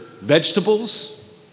vegetables